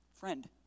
Friend